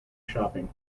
shopping